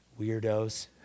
Weirdos